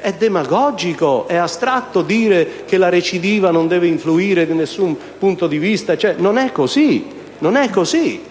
è demagogico ed astratto sostenere che la recidiva non deve influire da nessun punto di vista, perché non è così. Al contrario,